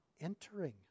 entering